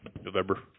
November